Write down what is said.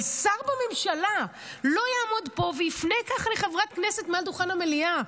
אבל שר בממשלה לא יעמוד פה ויפנה כך אל חברת כנסת מעל דוכן המליאה,